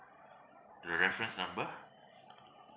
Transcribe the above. the reference number